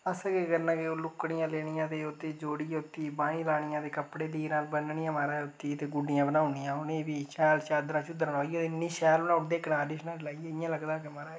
असें केह् करना कि ओह् लूकड़ियां लेनियां तें उत्ती जोड़ियै उत्ती बाईं लानियां ते फ्ही कपड़े लीरां बननियां महाराज ते फ्ही गुड्ढियां बनाई ओड़नियां ते फ्ही शैल चादरां चूदरां लाइयै शैल बनाई ओड़दे कनारी शनारी लाइयै इयां लग्गना कि महाराज